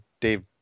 Dave